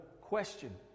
question